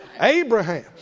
Abraham